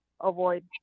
avoid